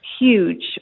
Huge